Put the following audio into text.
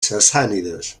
sassànides